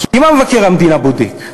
כי מה מבקר המדינה בודק?